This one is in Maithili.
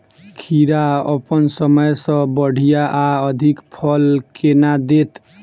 खीरा अप्पन समय सँ बढ़िया आ अधिक फल केना देत?